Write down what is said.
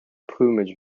plumage